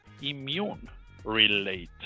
immune-related